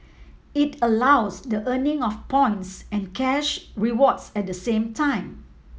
it allows the earning of points and cash rewards at the same time